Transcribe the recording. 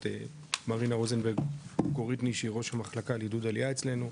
את מרינה רוזנברג קוריטני שהיא ראש המחלקה לעידוד עלייה אצלנו,